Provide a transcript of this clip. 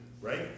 right